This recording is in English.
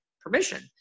permission